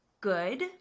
good